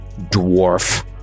dwarf